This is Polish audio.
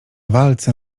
walce